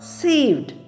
saved